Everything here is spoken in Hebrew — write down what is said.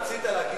רצית להגיד "בעד".